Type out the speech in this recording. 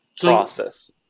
process